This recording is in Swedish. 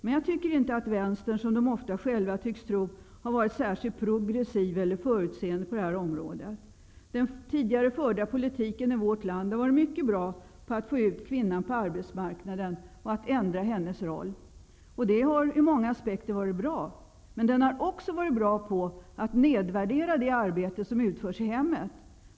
Men jag tycker inte att Vänstern, som den själv ofta tycks tro, har varit särskilt progressiv eller förutseende på detta område. Den tidigare förda politiken i vårt land har varit mycket bra på att få ut kvinnan på arbetsmarknaden och att ändra hennes roll. Det har ur många aspekter varit bra. Men politiken har också varit bra på att nedvärdera det arbete som utförs i hemmet.